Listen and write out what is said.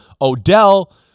Odell